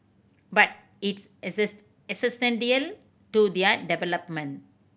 but it's exist to their development